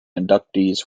inductees